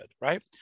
right